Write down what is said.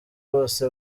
bose